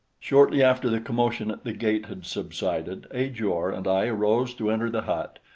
shortly after the commotion at the gate had subsided, ajor and i arose to enter the hut,